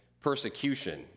persecution